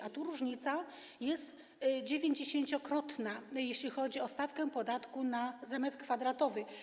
A tu różnica jest dziewięćdziesięciokrotna, jeśli chodzi o stawkę podatku za metr kwadratowy.